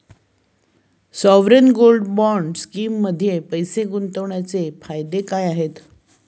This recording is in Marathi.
सॉवरेन गोल्ड बॉण्ड स्कीममध्ये पैसे गुंतवण्याचे फायदे काय आहेत?